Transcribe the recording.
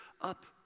up